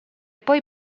poi